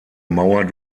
mauer